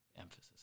Emphasis